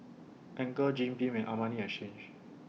Anchor Jim Beam and Armani Exchange